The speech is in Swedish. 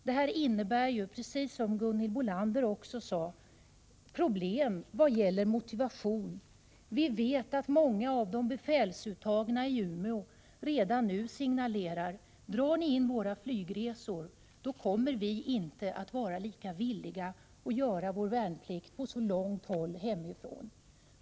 Detta innebär, precis som Gunhild Bolander sade, problem vad gäller de värnpliktigas motivation. Vi vet att många av de till befälsutbildning uttagna i Umeå redan nu signalerar: Drar ni in våra flygresor, kommer vi inte att vara lika villiga att göra vår värnplikt så långt hemifrån.